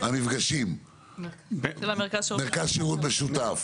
והמפגשים של מרכז שירות משותף.